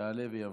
יעלה ויבוא.